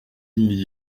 n’y